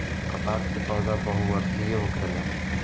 कपास के पौधा बहुवर्षीय होखेला